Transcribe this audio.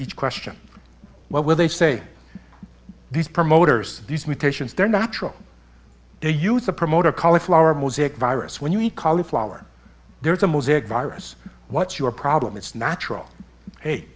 each question what will they say these promoters these mutations they're natural they use a promoter cauliflower music virus when you eat cauliflower there's a mosaic virus what's your problem it's natural